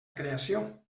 creació